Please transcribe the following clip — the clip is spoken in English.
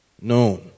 known